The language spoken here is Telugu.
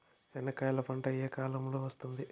చెనక్కాయలు పంట ఏ కాలము లో వస్తుంది